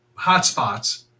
hotspots